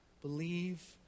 believe